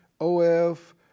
O-F